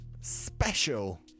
special